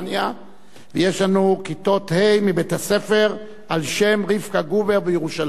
ויש לנו כיתות ה' מבית-הספר על שם רבקה גובר בירושלים.